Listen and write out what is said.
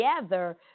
together